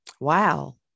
Wow